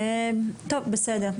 טוב, בסדר.